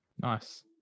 Nice